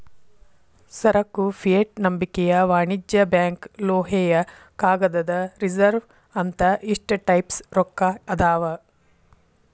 ಸರಕು ಫಿಯೆಟ್ ನಂಬಿಕೆಯ ವಾಣಿಜ್ಯ ಬ್ಯಾಂಕ್ ಲೋಹೇಯ ಕಾಗದದ ರಿಸರ್ವ್ ಅಂತ ಇಷ್ಟ ಟೈಪ್ಸ್ ರೊಕ್ಕಾ ಅದಾವ್